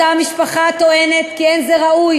אותה משפחה טוענת כי אין זה ראוי